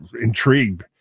intrigued